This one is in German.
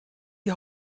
die